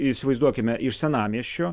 įsivaizduokime iš senamiesčio